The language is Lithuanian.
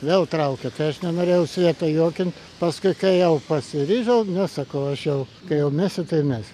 vėl traukia tai aš nenorėjau svieto juokint paskui kai jau pasiryžau ne sakau aš jau kai jau mesiu tai mesiu